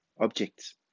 objects